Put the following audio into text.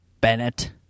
Bennett